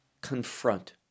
confront